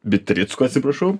bitricku atsiprašau